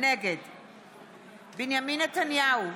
נגד בנימין נתניהו,